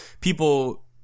people